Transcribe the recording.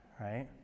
right